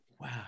Wow